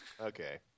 okay